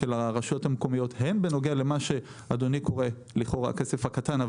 הרשויות המקומיות הן בנוגע למה שאדוני קורא "כסף קטן",